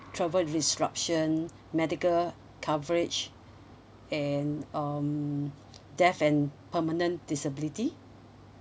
travel disruption medical coverage and um death and permanent disability